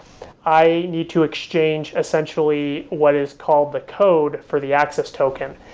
i need to exchange, essentially, what is called the code for the access token.